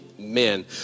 Amen